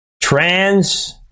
Trans